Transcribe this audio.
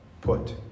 put